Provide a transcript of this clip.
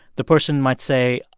the person might say,